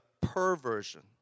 perversion